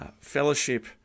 fellowship